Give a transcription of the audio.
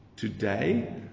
Today